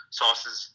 sauces